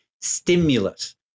stimulus